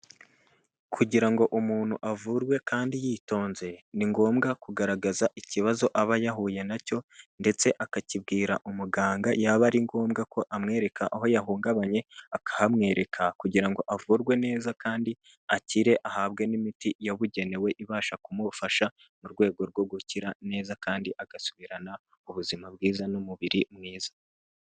Kugira ngo umuntu avurwe kandi yitonze, ni ngombwa kugaragaza ikibazo aba yahuye nacyo, ndetse akakibwira umuganga yaba ari ngombwa ko amwereka aho yahungabanye, akahamwereka, kugira ngo avurwe neza kandi akire ahabwe n'imiti yabugenewe, ibasha kumufasha mu rwego rwo gukira neza kandi agasubirana ubuzima bwiza n'umubiri mwiza.